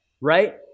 right